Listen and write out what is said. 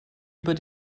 über